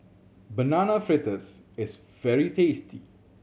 Banana Fritters is very tasty